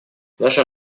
наша